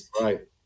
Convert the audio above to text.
right